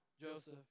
Joseph